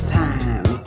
time